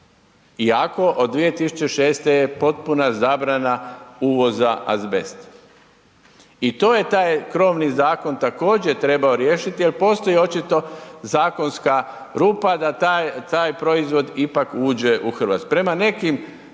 iako od 2006. je potpuna zabrana uvoza azbesta. I to je taj krovni zakon također trebao riješiti, al postoji očito zakonska rupa da taj proizvod ipak uđe u RH.